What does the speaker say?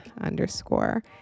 underscore